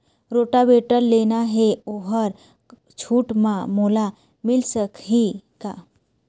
Rotavator लेना हे ओहर छूट म मोला मिल सकही का?